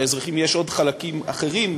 לאזרחים יש עוד חלקים אחרים,